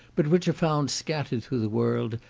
but which are found scattered through the world,